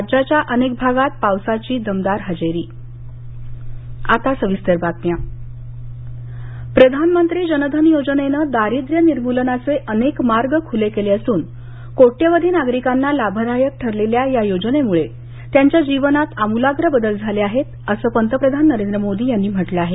राज्याच्या अनेक भागात पावसाची दमदार हजेरी आता सविस्तर बातम्या जन धन पंतप्रधान प्रधानमंत्री जनधन योजनेनं दारिद्र्य निर्मूलनाचे अनेक मार्ग खुले केले असून कोट्यवधी नागरिकांना लाभदायक ठरलेल्या या योजनेमुळे त्यांच्या जीवनात आमुलाग्र बदल झाले आहेत असं पंतप्रधान नरेंद्र मोदी यांनी म्हटलं आहे